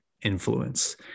influence